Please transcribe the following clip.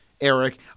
Eric